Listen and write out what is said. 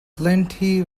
plenty